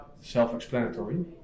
self-explanatory